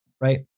Right